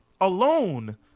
alone